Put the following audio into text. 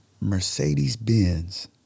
Mercedes-Benz